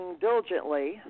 diligently